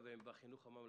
הם בחינוך הממלכתי?